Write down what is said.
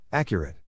Accurate